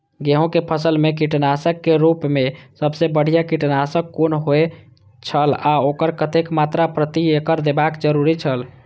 गेहूं के फसल मेय कीटनाशक के रुप मेय सबसे बढ़िया कीटनाशक कुन होए छल आ ओकर कतेक मात्रा प्रति एकड़ देबाक जरुरी छल?